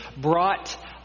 brought